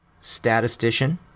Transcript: statistician